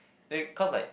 then cause like